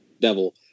Devil